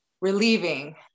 relieving